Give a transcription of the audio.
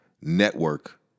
network